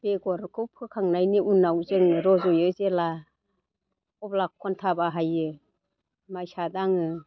बेगरखौ फोखांनायनि उनाव जों रजयो जेला अब्ला खन्था बाहायो मायसा दाङो